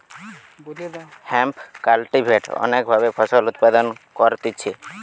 hemp cultivate অনেক ভাবে ফসল উৎপাদন করতিছে